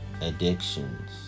addictions